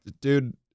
Dude